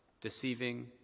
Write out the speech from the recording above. deceiving